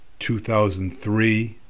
2003